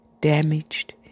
damaged